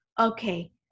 okay